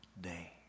day